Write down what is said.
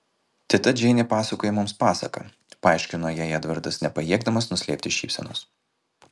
teta džeinė pasakoja mums pasaką paaiškino jai edvardas nepajėgdamas nuslėpti šypsenos